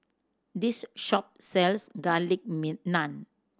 this shop sells garlic naan